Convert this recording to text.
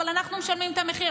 אבל אנחנו משלמים את המחיר.